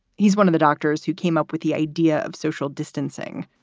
he's one of the doctors who came up with the idea of social distancing.